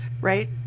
right